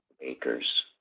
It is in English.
acres